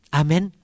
amen